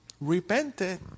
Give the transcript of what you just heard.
repented